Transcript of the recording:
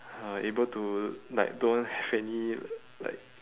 uh able to like don't have any like